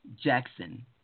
Jackson